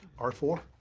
r four.